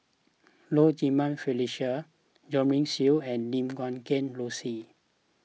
Low Jimenez Felicia Jo Marion Seow and Lim Guat Kheng Rosie